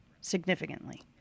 significantly